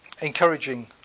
encouraging